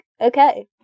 okay